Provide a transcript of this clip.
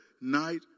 night